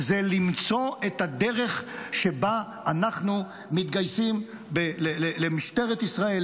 זה למצוא את הדרך שבה אנחנו מתגייסים למשטרת ישראל,